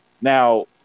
Now